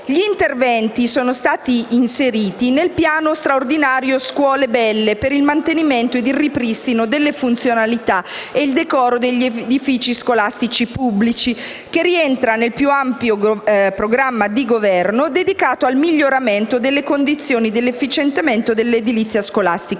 Gli interventi sono stati inseriti nel piano straordinario scuole belle per il mantenimento ed il ripristino delle funzionalità e il decoro degli edifici scolastici pubblici, che rientra nel più ampio programma di Governo dedicato al miglioramento delle condizioni e all'efficientamento dell'edilizia scolastica